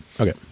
Okay